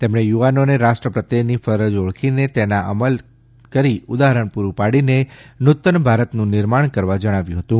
તેમણે યુવાનોને રાષ્ટ્રપ્રત્યેની ફરજ ઓળખીને તેના અમલ કરી ઉદાહરણ પૂરું પાડીને નૂતન ભારતનું નિર્માણ કરવા જણાવ્યું હતું